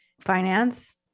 finance